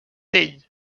tell